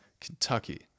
Kentucky